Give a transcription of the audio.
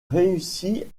réussit